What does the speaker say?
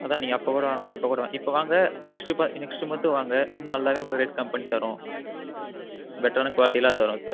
அதான் நீங்கள் அப்போ கூட வாங்க இப்போ கூட வாங்க இப்போ வாங்க நெக்ஸ்ட்டு நெக்ஸ்ட்டு மன்த்தும் வாங்க இன்னும் நல்லாவே உங்களுக்கு ரேட் கம்மி பண்ணி தர்றோம் பெட்டரான குவாலிட்டிலாம் தர்றோம் சார்